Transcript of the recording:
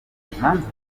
imanza